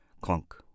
Clunk